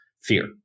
fear